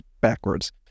backwards